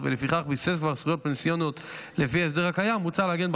ולפיכך כבר ביסס זכויות פנסיוניות לפי ההסדר הקיים,